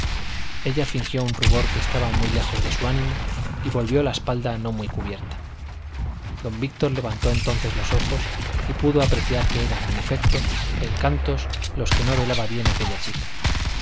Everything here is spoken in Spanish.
ella fingió un rubor que estaba muy lejos de su ánimo y volvió la espalda no muy cubierta don víctor levantó entonces los ojos y pudo apreciar que eran en efecto encantos los que no velaba bien aquella chica